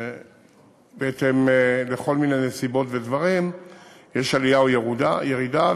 שבעצם מכל מיני נסיבות ודברים יש עלייה או ירידה.